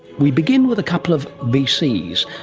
we begin with a couple of vcs,